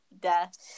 death